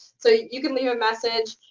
so you can leave a message.